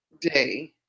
day